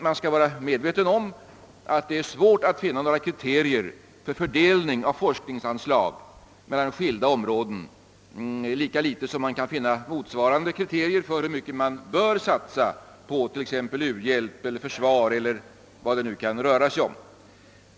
Man skall vara medveten om att det knappast är möjligt att finna några kriterier för fördelning av forskningsanslag mellan skilda områden, lika litet som man kan finna motsvarande kriterier för hur mycket som bör satsas på t.ex. u-hjälp, försvar eller vad det nu kan röra sig om.